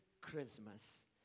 Christmas